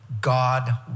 God